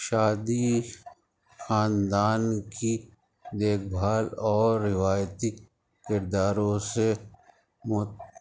شادی خاندان کی دیکھ بھال اور روایتی کرداروں سے